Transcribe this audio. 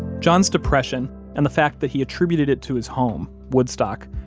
john's depression and the fact that he attributed it to his home, woodstock,